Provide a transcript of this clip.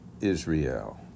Israel